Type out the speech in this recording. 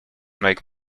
make